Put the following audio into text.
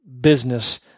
business